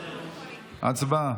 הצבעה.